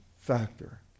factor